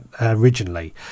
originally